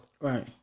Right